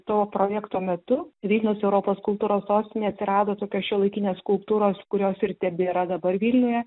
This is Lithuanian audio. to projekto metu vilnius europos kultūros sostinė atsirado tokia šiuolaikinės skulptūros kurios ir tebėra dabar vilniuje